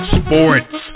sports